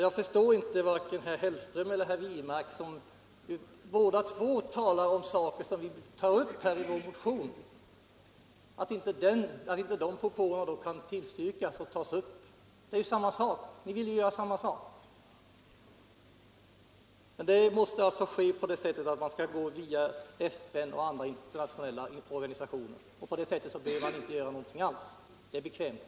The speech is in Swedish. Jag förstår inte varför herr Hellström och herr Wirmark, som båda uttrycker ungefär detsamma som vi i vår motion, inte kan vara med om den. Vi vill ju samma sak. Men det måste alltså enligt er mening ske så att man går via FN och andra internationella organisationer. På det sättet behöver man inte göra någonting alls. Det är bekvämt.